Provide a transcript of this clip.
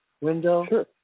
window